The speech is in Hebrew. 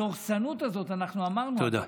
הדורסנות הזאת, אנחנו אמרנו את זה, תודה.